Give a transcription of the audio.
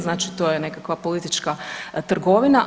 Znači to je nekakva politička trgovina.